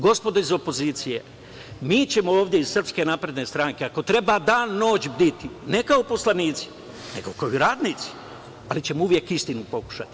Gospodo iz opozicije, mi ćemo ovde iz Srpske napredne stranke ako treba dan-noć bditi, ne kao poslanici, nego i kao radnici, ali ćemo uvek istinu pokušati.